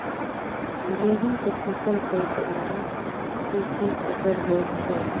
गेहूं के फसल पर पाला के की असर होयत छै?